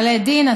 בעלי דין,